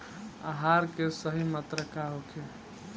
आहार के सही मात्रा का होखे?